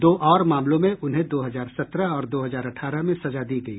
दो और मामलों में उन्हें दो हजार सत्रह और दो हजार अठारह में सजा दी गई